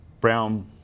brown